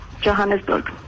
Johannesburg